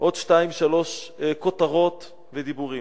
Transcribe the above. עוד שתיים-שלוש כותרות ודיבורים.